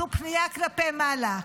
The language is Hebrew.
זו פנייה כלפי מעלה,